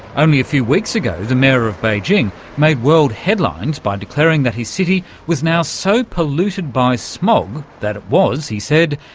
only a few weeks ago the mayor of beijing made world headlines by declaring that his city was now so polluted by smog that it was, he said,